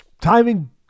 Timing